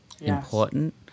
important